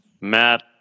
Matt